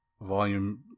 volume